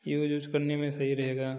use वुज करने में सही रहेगा